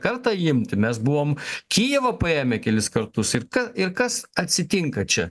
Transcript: kartą imti mes buvom kijevą paėmė kelis kartus ir ką ir kas atsitinka čia